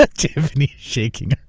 ah tiffany's shaking